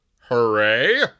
Hooray